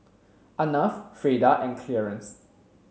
Arnav Freida and Clearence